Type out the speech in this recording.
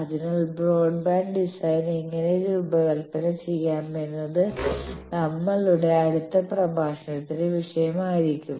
അതിനാൽ broadband design എങ്ങനെ രൂപകൽപ്പന ചെയ്യാം എന്നത് നമ്മളുടെ അടുത്ത സംഭാഷണത്തിന്റെ വിഷയമായിരിക്കും